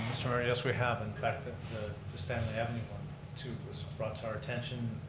mayor, yes we have, in fact the stanley avenue one too was brought to our attention,